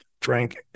drank